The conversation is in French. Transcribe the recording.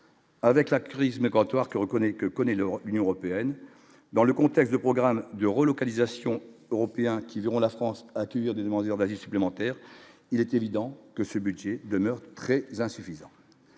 qui reconnaît que connaît l'Europe, Union européenne, dans le contexte de programme de relocalisation européens qui verront la France attire des demandeurs d'asile supplémentaires, il est évident que ce budget demeure très insuffisant